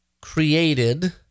created